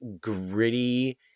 gritty